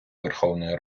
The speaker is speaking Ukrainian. верховної